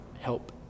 help